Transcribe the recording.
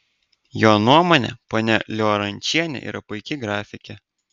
jo nuomone ponia liorančienė yra puiki grafikė